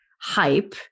hype